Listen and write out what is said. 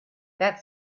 that